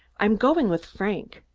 i'm going with frank.